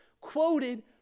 quoted